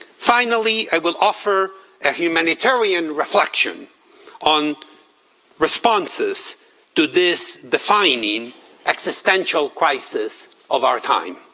finally, i will offer a humanitarian reflection on responses to this defining existential crisis of our time.